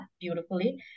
beautifully